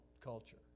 culture